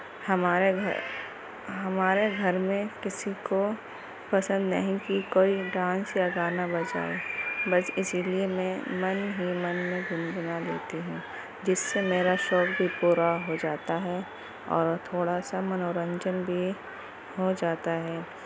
ہمارا گھر ہمارے گھر میں کسی کو پسند نہیں کہ کوئی ڈانس یا گانا بجائے بس اسی لیے میں من ہی من میں گنگنا لیتی ہوں جس سے میرا شوق بھی پورا ہو جاتا ہے اور تھوڑا سا منورنجن بھی ہو جاتا ہے